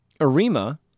Arima